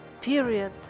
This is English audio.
period